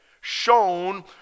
shown